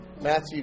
Matthew